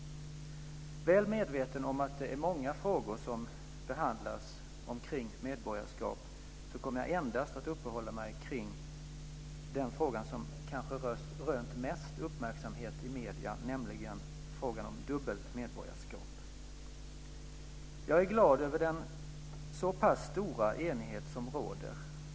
Väl medveten om att det är många olika frågor som behandlas omkring medborgarskap så kommer jag endast att uppehålla mig kring den fråga som kanske rönt mest uppmärksamhet i medierna, nämligen frågan om dubbelt medborgarskap. Jag är glad över den så pass stora enighet som råder.